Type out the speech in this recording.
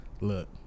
Look